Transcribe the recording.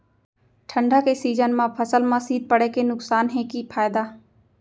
ठंडा के सीजन मा फसल मा शीत पड़े के नुकसान हे कि फायदा?